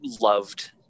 loved